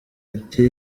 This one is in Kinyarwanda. ati